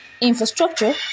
infrastructure